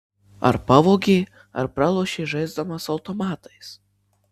ar pavogė ar pralošei žaisdamas automatais